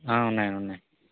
ఉన్నాయి ఉన్నాయి